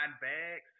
bags